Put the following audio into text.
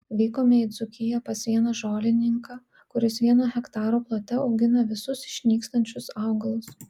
vykome į dzūkiją pas vieną žolininką kuris vieno hektaro plote augina visus išnykstančius augalus